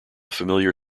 familiar